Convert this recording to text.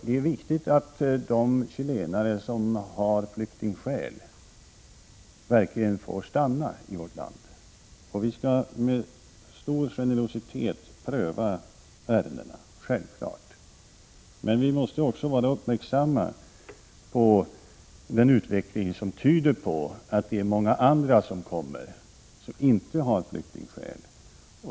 Det är viktigt att de chilenare som kan åberopa flyktingskäl verkligen får stanna i vårt land, och vi skall självfallet med stor generositet pröva ärendena, men vi måste också vara uppmärksamma på den utveckling som tyder på att det också kommer många som inte kan åberopa flyktingskäl.